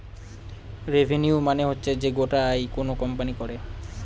revenue মানে হচ্ছে যে গোটা আয় কোনো কোম্পানি করে